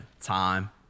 time